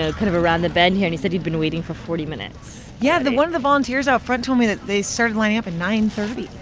ah kind of around the bend here, and he said he'd been waiting for forty minutes yeah, one of the volunteers out front told me that they started lining up at nine thirty.